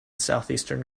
southeastern